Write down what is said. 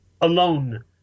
alone